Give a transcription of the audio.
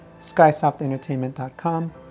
SkysoftEntertainment.com